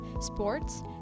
sports